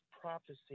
prophecy